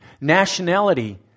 nationality